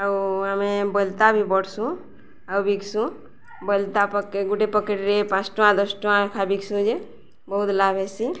ଆଉ ଆମେ ବଲତା ବି ବଢ଼ସୁଁ ଆଉ ବିକ୍ସୁଁ ବଲତା ପକ ଗୁଟେ ପକେଟରେ ପାଞ୍ଚ ଟଙ୍କା ଦଶ ଟଙ୍କା ଖା ବିକ୍ସୁଁ ଯେ ବହୁତ ଲାଭ ହେସି